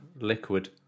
liquid